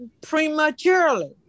prematurely